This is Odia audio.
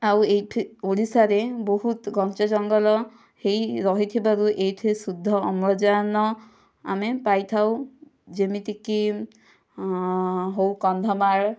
ଆଉ ଏଇଠି ଓଡ଼ିଶାରେ ବହୁତ ଘଞ୍ଚ ଜଙ୍ଗଲ ହୋଇ ରହିଥିବାରୁ ଏଇଠି ଶୁଦ୍ଧ ଅମ୍ଳଜାନ ଆମେ ପାଇଥାଉ ଯେମିତିକି ହେଉ କନ୍ଧମାଳ